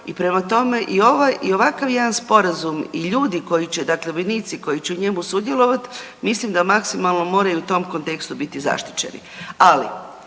prema tome i ovakav jedan Sporazum i ljudi koji će, dakle vojnici koji će u njemu sudjelovati, mislim da maksimalno moraju u tom kontekstu biti zaštićeni.